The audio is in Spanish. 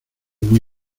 muy